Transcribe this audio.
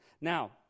Now